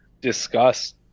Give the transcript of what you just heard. discuss